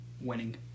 winning